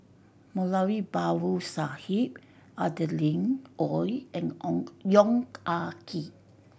Moulavi Babu Sahib Adeline Ooi and Ong Yong Ah Kee